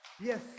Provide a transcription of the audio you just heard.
yes